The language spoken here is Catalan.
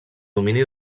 domini